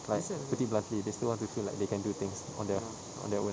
like putting it bluntly they still want to feel like they can do things on their on their own